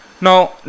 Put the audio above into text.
Now